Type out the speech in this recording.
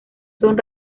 son